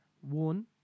one